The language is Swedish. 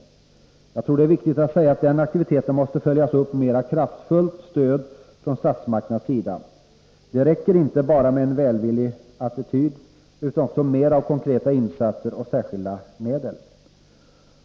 Jag tror att det är viktigt att säga att den Nr 36 aktiviteten måste följas upp av ett mera kraftfullt stöd från statsmakternas Onsdagen den sida. Det räcker inte bara med en välvillig attityd, utan det behövs också mer — 30 november 1983 av konkreta insatser och särskilda medel.